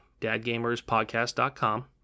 dadgamerspodcast.com